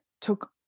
took